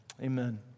amen